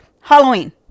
Halloween